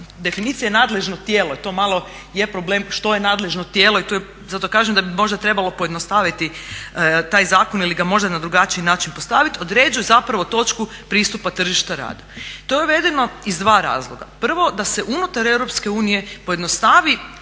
definicije nadležno tijelo, to malo je problem što je nadležno tijelo i zato kažem da bi možda trebalo pojednostaviti taj zakon ili ga možda na drugačiji način postavit, određuju zapravo točku pristupa tržišta rada. To je uvedeno iz dva razloga. Prvo, da se unutar Europske